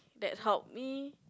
that helped me